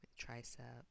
tricep